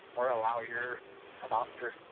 or a lawyer a doctor.